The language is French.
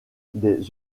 des